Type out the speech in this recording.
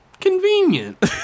convenient